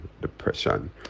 depression